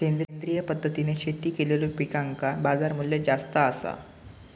सेंद्रिय पद्धतीने शेती केलेलो पिकांका बाजारमूल्य जास्त आसा